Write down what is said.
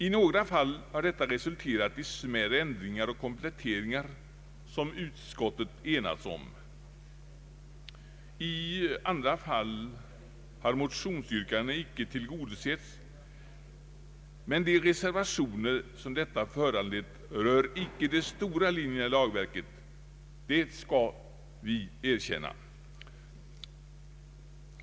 I några fall har detta resulterat i smärre ändringar och kompletteringar, som utskottet enats om. I andra fall har motionsyrkandena icke tillgodosetts, men de reservationer som detta föranlett rör icke de stora linjerna i lagverket — det skall erkännas.